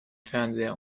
fernseher